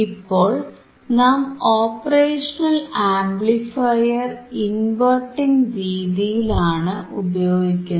ഇപ്പോൾ നാം operational amplifier inverting രീതിയിലാണ് ഉപയോഗിക്കുന്നത്